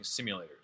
simulators